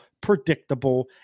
predictable